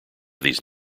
these